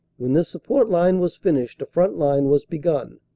when this support line was finished a front line was begun,